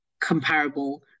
comparable